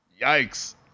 Yikes